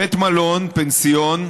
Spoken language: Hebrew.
בית מלון, פנסיון,